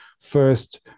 first